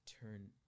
turn